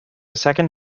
second